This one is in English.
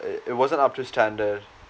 it it wasn't up to standard